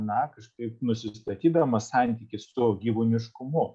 na kažkaip nusistatydamas santykį su gyvūniškumu